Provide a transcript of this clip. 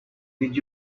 did